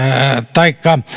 taikka